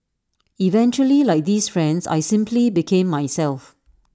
eventually like these friends I simply became myself